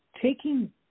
taking